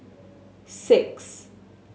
six